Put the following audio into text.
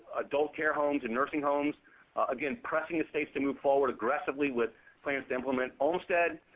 adult care homes and nursing homes again, pressing the states to move forward aggressively with plans to implement olmstead.